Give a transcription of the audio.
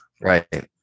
right